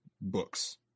books